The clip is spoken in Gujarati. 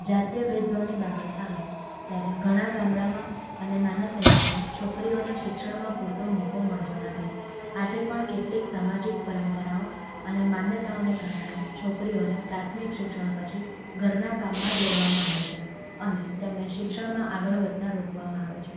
જાતીય ભેદભાવની બાબત આવે ત્યારે ઘણાં ગામડામાં અને નાના શહેરોમાં છોકરીઓને શિક્ષણમાં પૂરતો મોકો મળતો નથી આજે પણ કેટલીક સામાજિક પરંપરાઓ અને માન્યતાઓને કારણે છોકરીઓને પ્રાથમિક શિક્ષણ પછી ઘરના કામમાં જોડવામાં આવે છે અને તેમને શિક્ષણમાં આગળ વધતા રોકવામાં આવે છે